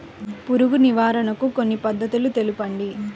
పురుగు నివారణకు కొన్ని పద్ధతులు తెలుపండి?